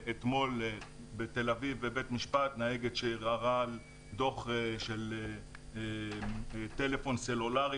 אתמול בתל אביב בבית משפט נהגת שערערה לגבי דוח על טלפון סלולרי,